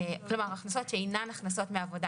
כלומר הכנסות שאינן מעבודה,